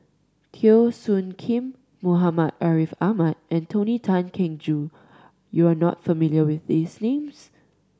Teo Soon Kim Muhammad Ariff Ahmad and Tony Tan Keng Joo you are not familiar with these names